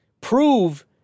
Prove